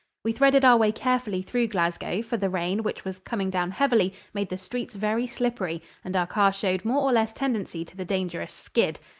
we threaded our way carefully through glasgow, for the rain, which was coming down heavily, made the streets very slippery, and our car showed more or less tendency to the dangerous skid.